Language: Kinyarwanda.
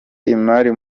imari